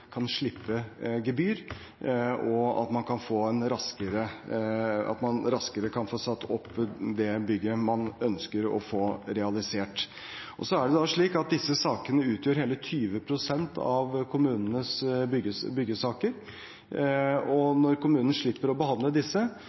kan slippe gebyr, og at man raskere kan få satt opp det bygget man ønsker å få realisert. Så er det slik at disse sakene utgjør hele 20 pst. av kommunenes byggesaker. Når kommunene slipper å behandle disse,